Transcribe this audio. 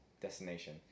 destination